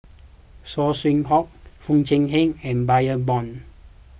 Saw Swee Hock Foo Chee Han and Bani Buang